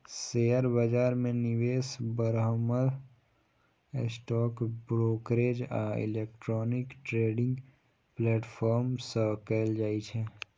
share बाजार मे निवेश बरमहल स्टॉक ब्रोकरेज आ इलेक्ट्रॉनिक ट्रेडिंग प्लेटफॉर्म सं कैल जाइ छै